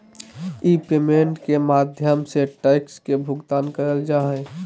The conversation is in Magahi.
ई पेमेंट के माध्यम से टैक्स के भुगतान करल जा हय